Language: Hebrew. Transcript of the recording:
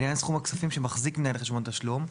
לעניין סכום הכספים שמחזיק מנהל חשבון תשלום",